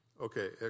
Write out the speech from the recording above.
Okay